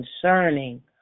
concerning